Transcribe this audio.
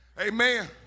amen